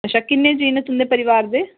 अच्छा किन्ने जीऽ न तुंदे परोआर दे